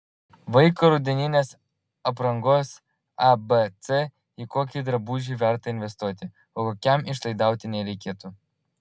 vaiko rudeninės aprangos abc į kokį drabužį verta investuoti o kokiam išlaidauti nereikėtų